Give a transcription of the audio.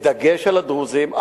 בדגש על הדרוזים,